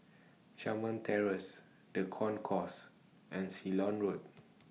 Carmen Terrace The Concourse and Ceylon Road